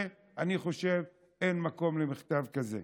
ואני חושב שאין מקום למכתב כזה.